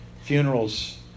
funerals